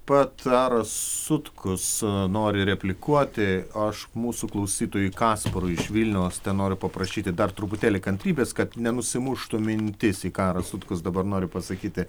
pat aras sutkus nori replikuoti aš mūsų klausytojui kasparui iš vilniaus tenoriu paprašyti dar truputėlį kantrybės kad nenusimuštų mintis į ką aras sutkus dabar nori pasakyti